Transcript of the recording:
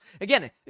Again